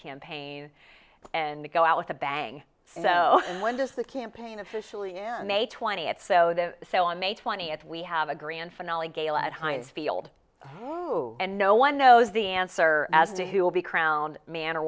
campaign and to go out with a bang so when does the campaign officially end may twentieth so the so on may twentieth we have a grand finale gala at heinz field and no one knows the answer as to who will be crowned man or